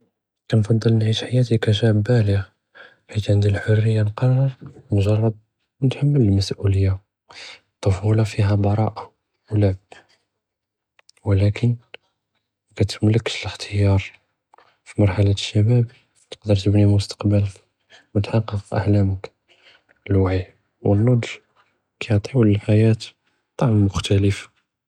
כנפצ׳ל נְעִיש חְיַאתִי כִּשַאבּ בַּאלֶע בְּחִית עַנְדִי לְחֻרִיַּה נְקَرֶּר נְגְ׳רֶּב נְתְחַמֶּל לְמַסְאֻולִיַּה، אֶטְּפוּלַה פִיהַא בְּרַאַה וּלְעַב וּלַכִּן כִּתְמְלֶכְּש אֶלְאִכְתִיַאר, פַמַרְחַלַה אֶשְּשַבַּאבּ תְּקְדֶּר תְבְּנִי מֻסְתַקְבַּל וּתְחַקֶּק אַחְלַאמֶכּ، אלְוַעִי וְאֶנְנֻדְ׳ג כִּיַעְטִיוּ לִלְחְיַאה טַעְם מֻכְתַלֶף.